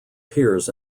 peers